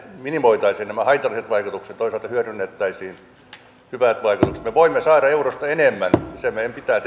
minimoitaisiin nämä haitalliset vaikutukset toisaalta hyödynnettäisiin hyvät vaikutukset me voimme saada eurosta enemmän se meidän pitää